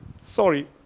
sorry